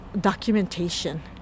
documentation